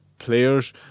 players